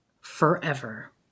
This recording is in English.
Forever